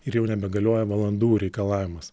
ir jau nebegalioja valandų reikalavimas